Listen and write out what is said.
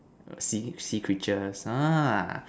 sea sea creatures uh